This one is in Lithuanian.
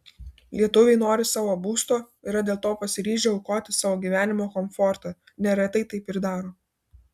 lietuviai nori savo būsto yra dėl to pasiryžę aukoti savo gyvenimo komfortą neretai taip ir daro